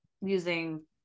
using